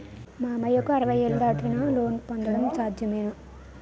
మామయ్యకు అరవై ఏళ్లు దాటితే లోన్ పొందడం సాధ్యమేనా?